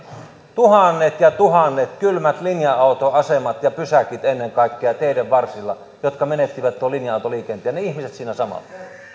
tuhannet ja ja tuhannet kylmät linja autoasemat ja pysäkit ennen kaikkea teiden varsilla jotka menettivät tuon linja autoliikenteen ja ne ihmiset siinä samalla